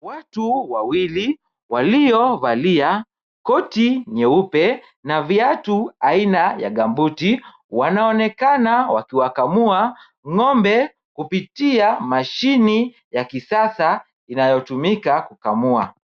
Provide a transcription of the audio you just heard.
Watu wawili waliovalia koti nyeupe na viatu aina ya gumbuti wanaonekana wakiwakamua ngombe kupitia mashini ya kisasa inayotumika kukamua.